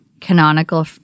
canonical